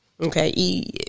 Okay